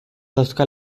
dauzka